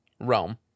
realm